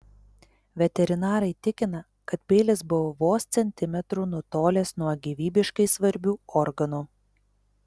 veterinarai tikina kad peilis buvo vos centimetru nutolęs nuo gyvybiškai svarbių organų